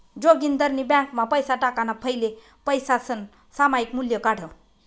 जोगिंदरनी ब्यांकमा पैसा टाकाणा फैले पैसासनं सामायिक मूल्य काढं